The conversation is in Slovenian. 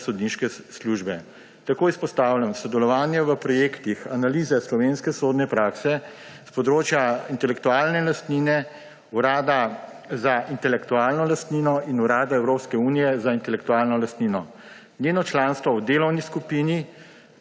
sodniške službe. Tako izpostavljam sodelovanje v projektih: analize slovenske sodne prakse s področja intelektualne lastnine, Urada za intelektualno lastnino in Urada Evropske unije za intelektualno lastnino. Njeno članstvo v delovni skupini